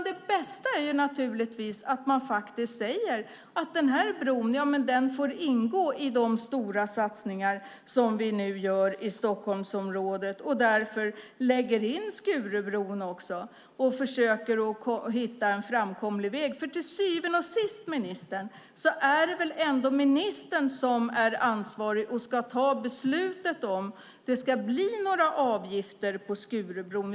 Det bästa är naturligtvis att man säger att den här bron får ingå i de stora satsningar som vi gör i Stockholmsområdet, lägger in Skurubron där och försöker hitta en framkomlig väg. Till syvende och sist är det väl ändå ministern som är ansvarig och ska ta beslutet om det ska bli några avgifter på Skurubron.